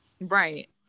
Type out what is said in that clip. Right